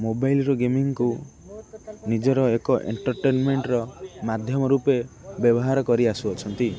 ମୋବାଇଲ୍ର ଗେମିଂକୁ ନିଜର ଏକ ଏଣ୍ଟରଟେନମେଣ୍ଟର ମାଧ୍ୟମ ରୂପେ ବ୍ୟବହାର କରି ଆସୁଅଛନ୍ତି